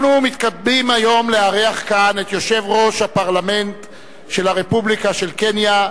אנחנו מתכבדים היום לארח כאן את יושב-ראש הפרלמנט של הרפובליקה של קניה,